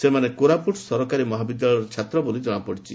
ସେମାନେ କୋରାପୁଟ ସରକାରୀ ମହାବିଦ୍ୟାଳୟର ଛାତ୍ର ବୋଲି ଜଶାପଡ଼ିଛି